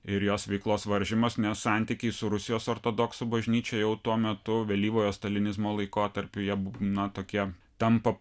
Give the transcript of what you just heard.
ir jos veiklos varžymas nes santykiai su rusijos ortodoksų bažnyčia jau tuo metu vėlyvojo stalinizmo laikotarpiu jie na tokie tampa